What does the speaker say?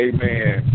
Amen